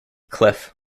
cliff